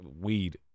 weed